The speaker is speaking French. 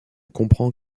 comprend